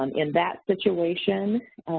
um in that situation,